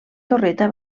torreta